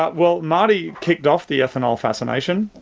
ah well, marty kicked off the ethanol fascination.